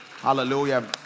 Hallelujah